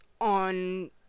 on